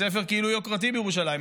בית ספר כאילו יוקרתי בירושלים,